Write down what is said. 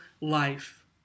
life